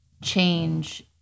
change